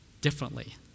differently